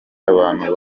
abantu